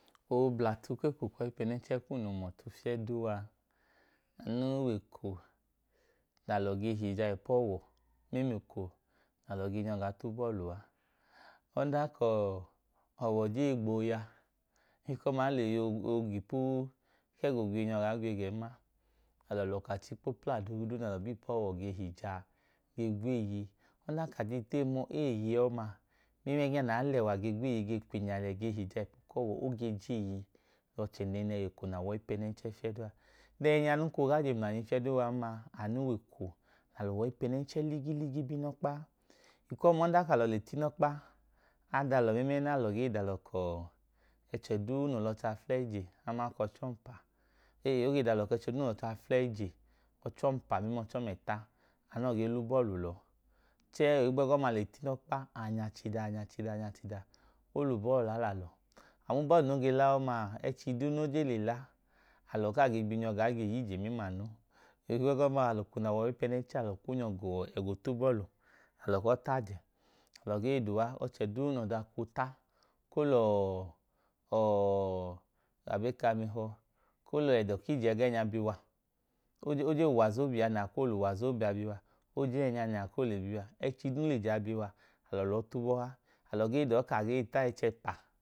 Ooblatu ku eko ku ọyipẹnẹnchẹ kum noo hum ọtu fiyẹ duu a, anu wẹ eko nẹ alọ ge hija ipu ọwọ mẹmla eko nẹ alọ gen yọ gaa tau bọọlu a. Ọdanka ọọ, ọwọ jen gboo ya, ọma i lẹ ooga ipu ku ẹga ogwiye gaa gwiye gẹn ma. Alọ lẹ ọkachi kpo pla duudu nẹ alọ ba ipu ọwọ ge hija a, ọdanka a ke teyi mọọ, ẹgẹẹ nẹ aa lẹwa lẹ ge kwinya ge hija iu ọwọ a, o ge je eeye lẹ ọchẹ nẹẹnẹhi, eko nẹ a wẹ ọyipẹnẹnchẹ fiyẹ duu a. Dẹn ẹẹ nook e gaa je mafu gam fiyẹ duu a anu wẹ eko nẹ alọ wẹ ayipẹnẹchẹ ligiligi ba inọkpa a. Eko ọma adanka alọ le ta inọkpa, ada alọ mẹmla ẹnẹ alọ gee da alọ ka, ọchẹ duu noo lẹ ọchẹ aflẹyi je aman ka ọchẹ ọmpa, e e, e gee da alọ ka, ọchẹ duu noo lẹ ọchẹ aflẹyi je, anọọ gee la ubọọlu lẹ ọọ. Chẹẹ ohigbu ẹgọma, a le ta inọkpa, a nya chidaa, nya chidaa, nya chidaa, o lẹ ubọọlu la lẹ alọ. a ma ubọọlu no ge a ọma a, ẹchi duu no jen le la, alọ ka age bi gaa le ya ije mẹmla anu. Ohigbu ẹgọma, eko nẹ alọ wẹ ọyipẹnẹnchẹ a, alọ kwuu nyọ ga ẹga ota ubọọlu, alọ kwu ọ i ta ajẹ. Alọ gee da uwa ka ọchẹ duu noo dọka oota, ko lẹ ọọ, ọọọ, abọ e ka ami hi ọọ? Ko lẹ ẹdọ ku ije ẹgẹẹnya bi wa. O jen wẹ uwazobiya nẹ, a ka koo lẹ uwazobiya bi wa. O jen wẹ ẹẹnya nẹ a koo le bi wa. Ẹchi duu noo lẹ ije a bi wa, alọ lẹ ọọ tu ubọha, alọ gee da ọọ ka a gee ta ẹchi ẹpa